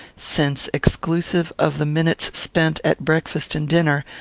since, exclusive of the minutes spent at breakfast and dinner,